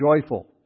joyful